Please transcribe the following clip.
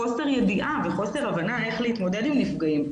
אלא חוסר ידיעה וחוסר הבנה איך להתמודד עם נפגעים.